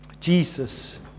Jesus